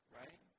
right